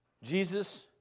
Jesus